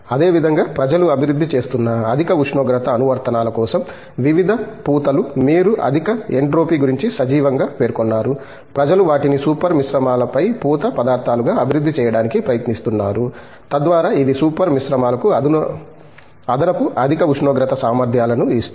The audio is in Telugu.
అదేవిధంగా ప్రజలు అభివృద్ధి చేస్తున్న అధిక ఉష్ణోగ్రత అనువర్తనాల కోసం వివిధ పూతలు మీరు అధిక ఎంట్రోపీ గురించి సజీవంగా పేర్కొన్నారు ప్రజలు వాటిని సూపర్ మిశ్రమాలపై పూత పదార్థాలుగా అభివృద్ధి చేయడానికి ప్రయత్నిస్తున్నారు తద్వారా ఇది సూపర్ మిశ్రమాలకు అదనపు అధిక ఉష్ణోగ్రత సామర్థ్యాలను ఇస్తుంది